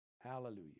Hallelujah